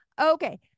Okay